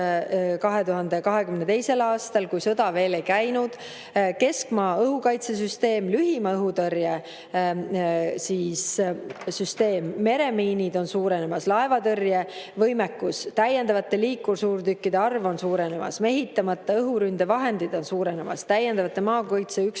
2022, kui sõda veel ei käinud. Keskmaa õhukaitse süsteem, lühimaa õhutõrje süsteem, meremiinide arv on suurenemas, laevatõrjevõimekus, täiendavate liikursuurtükkide arv on suurenemas, mehitamata õhuründevahendite arv on suurenemas, täiendavate maakaitseüksuste